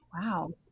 Wow